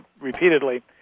repeatedly